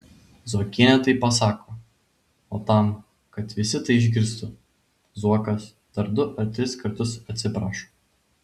zuokienė taip pasako o tam kad visi tai išgirstų zuokas dar du ar tris kartus atsiprašo